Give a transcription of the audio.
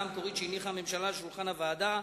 המקורית שהניחה הממשלה על שולחן הוועדה,